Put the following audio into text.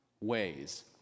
ways